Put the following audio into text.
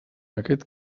aquest